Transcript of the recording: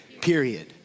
period